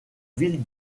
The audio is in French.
ville